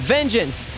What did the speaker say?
Vengeance